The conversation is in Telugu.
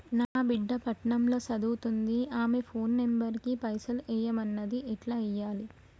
నా బిడ్డే పట్నం ల సదువుకుంటుంది ఆమె ఫోన్ నంబర్ కి పైసల్ ఎయ్యమన్నది ఎట్ల ఎయ్యాలి?